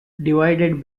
divided